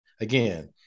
Again